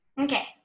Okay